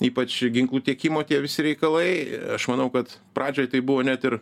ypač ginklų tiekimo tie visi reikalai aš manau kad pradžioj tai buvo net ir